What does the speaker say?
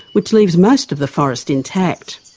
which leaves most of the forest intact.